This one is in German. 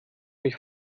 mich